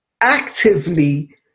actively